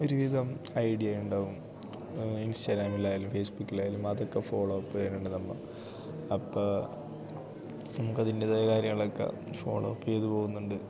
ഒരുവിധം ഐഡിയയുണ്ടാവും ഇൻസ്റ്റാഗ്രാമിലായാലും ഫേസ്ബുക്കിലായാലും അതൊക്കെ ഫോളോവപ്പ് ചെയ്യുന്നുണ്ട് നമ്മൾ അപ്പോൾ നമുക്കതിൻ്റേതായ കാര്യങ്ങളൊക്കെ ഫോളോവപ്പ് ചെയ്തു പോകുന്നുണ്ട്